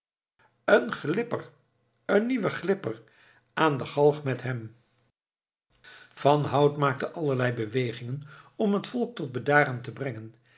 een glipper een nieuwe glipper aan de galg met hem van hout maakte allerlei bewegingen om het volk tot bedaren te brengen